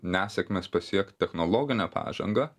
nesėkmės pasiekt technologinę pažangą